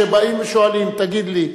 כשבאים ושואלים: תגיד לי,